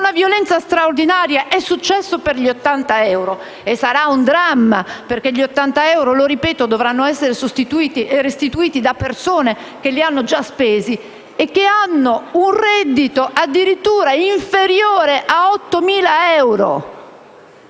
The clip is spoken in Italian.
una violenza straordinaria. È successo per gli 80 euro, e sarà un dramma perché gli 80 euro dovranno essere restituiti da persone che li hanno già spesi e che hanno un reddito addirittura inferiore ad 8.000 euro.